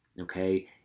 okay